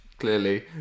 Clearly